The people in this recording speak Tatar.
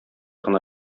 гына